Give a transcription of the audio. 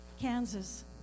Kansas